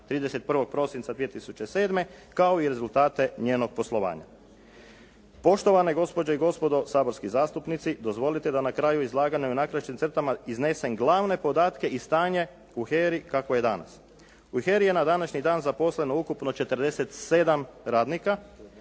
31. prosinca 2007. kao i rezultate njenog poslovanja. Poštovane gospođe i gospodo saborski zastupnici, dozvolite da na kraju izlaganja u najkraćim crtama iznesem glavne podatke i stanje u HERA-i kakvo je danas. U HERA-i je na današnji dan zaposleno ukupno 47 radnika